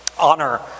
honor